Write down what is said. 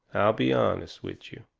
i'll be honest with you.